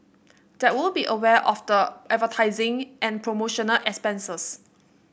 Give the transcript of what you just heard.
they would be aware of the advertising and promotional expenses